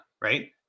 right